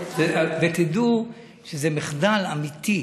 ותדעו שזה מחדל אמיתי.